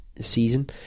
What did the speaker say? season